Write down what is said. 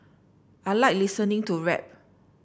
I like listening to rap